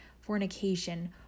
fornication